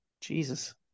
Jesus